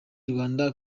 rwanda